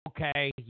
Okay